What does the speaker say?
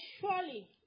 surely